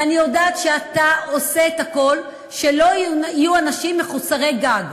ואני יודעת שאתה עושה את הכול שלא יהיו אנשים מחוסרי גג,